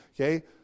okay